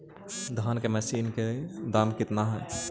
धान की मशीन के कितना दाम रहतय?